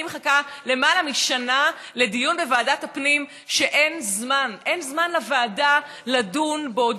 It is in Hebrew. אני מחכה למעלה משנה לדיון בוועדת הפנים ואין לוועדה זמן לדון בו,